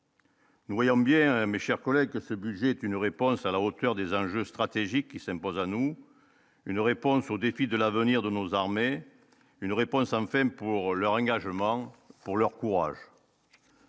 Nous voyons bien, mes chers collègues, que ce budget est une réponse à la hauteur des âges stratégiques qui s'impose à nous, une réponse aux défis de l'avenir de nos armées, une réponse enfin pour leur engagement pour leur courage.